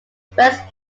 first